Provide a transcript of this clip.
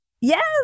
Yes